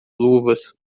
luvas